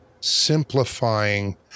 simplifying